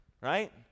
Right